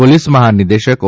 police મહાનિદેશક ઓ